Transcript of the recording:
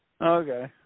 Okay